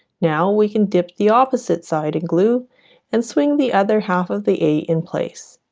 now we can dip the opposite side in glue and swing the other half of the eight in place